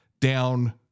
down